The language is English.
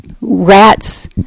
Rats